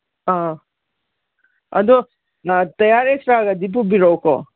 ꯑꯥ ꯑꯗꯣ ꯇꯌꯥꯔ ꯑꯦꯛꯁꯇ꯭ꯔꯥꯒꯗꯤ ꯄꯨꯕꯤꯔꯛꯎꯀꯣ